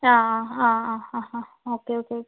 ആ ആ ആ ആ ഹാ ഹാ ഓക്കെ ഓക്കെ ഓക്കെ